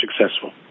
successful